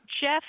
Jeff